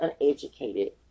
uneducated